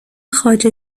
خواجه